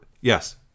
Yes